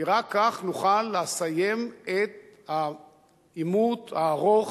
כי רק כך נוכל לסיים את העימות הארוך,